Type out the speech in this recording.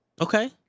Okay